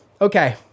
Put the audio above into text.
Okay